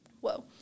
whoa